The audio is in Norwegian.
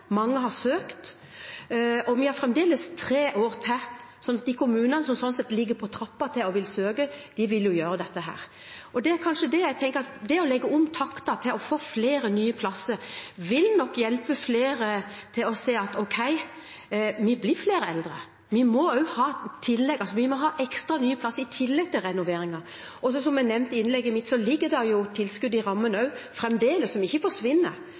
på trappene, vil en jo søke. Og det jeg tenker i denne saken, er at det å legge om takten til å få flere nye plasser vil nok hjelpe flere til å se at ok, vi blir flere eldre, vi må ha ekstra nye plasser i tillegg til renoveringer. Som jeg nevnte i innlegget mitt, ligger det tilskudd i rammen også fremdeles, som ikke forsvinner,